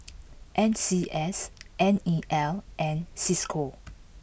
N C S N E L and Cisco